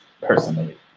personally